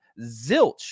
Zilch